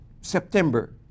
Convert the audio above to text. September